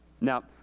Now